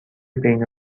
بین